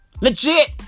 Legit